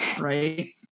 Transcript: Right